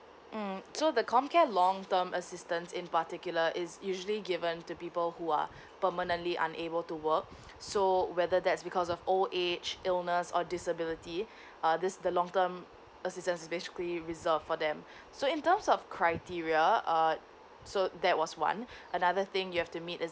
mm so the comcare long term assistance in particular is usually given to people who are permanently unable to work so whether that's because of old age illness or disability uh this the long term assistance basically reserved for them so in terms of criteria err so that was one another thing you have to meet is